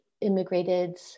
immigrated